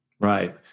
Right